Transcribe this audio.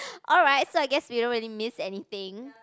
alright so I guess you don't really miss anything